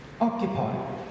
Occupy